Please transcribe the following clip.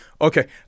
Okay